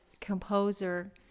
composer